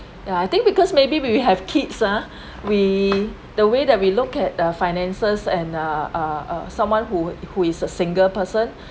yeah I think because maybe when we have kids ah we the way that we look at the finances and uh uh someone who who is a single person